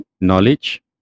knowledge